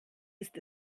ist